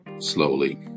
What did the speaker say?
slowly